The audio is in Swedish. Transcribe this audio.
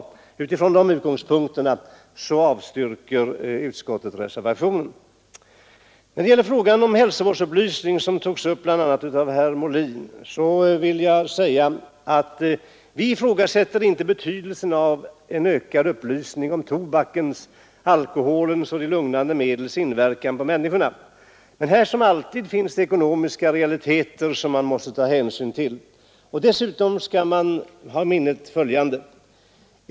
Med hänvisning till dessa förhållanden avstyrker utskottet den motion som ligger till grund för reservationen 8. När det gäller frågan om hälsovårdsupplysning, som togs upp av bl.a. herr Molin, vill jag säga att vi ifrågasätter inte betydelsen av en ökad upplysning om tobakens, alkoholens och de lugnande medlens inverkan på människorna. Men här som alltid finns det ekonomiska realiteter som man måste ta hänsyn till, och dessutom skall man ha i minnet följande.